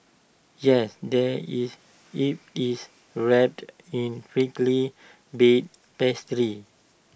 yes there is if it's wrapped in flaky baked pastry